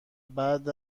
بعد